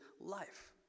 life